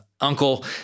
uncle